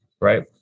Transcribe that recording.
right